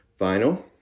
vinyl